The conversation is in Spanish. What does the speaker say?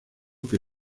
que